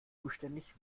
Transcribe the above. zuständig